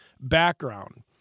background